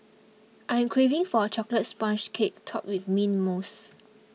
I am craving for a Chocolate Sponge Cake Topped with Mint Mousse